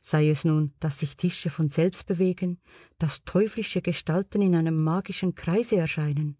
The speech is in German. sei es nun daß sich tische von selbst bewegen daß teuflische gestalten in einem magischen kreise erscheinen